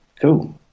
cool